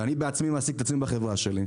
ואני בעצמי מעסיק את עצמי בחברה שלי,